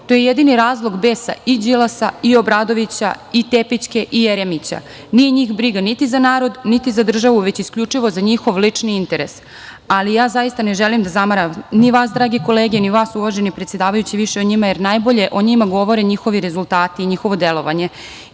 To je jedini razlog besa i Đilasa i Obradovića i Tepićke i Jeremića. Nije njih briga niti za narod, niti za državu, već isključivo za njihov lični interes. Ali, ja zaista ne želim da zamaram ni vas, drage kolege, ni vas, uvaženi predsedavajući, više o njima, jer najbolje o njima govore njihovi rezultati i njihovo delovanje